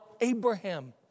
Abraham